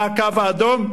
מה הקו האדום,